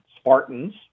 Spartans